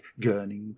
gurning